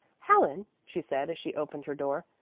helen, she said, as she opened her door,